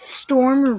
storm